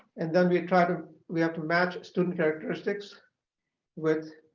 and then we try to we have to match student characteristics with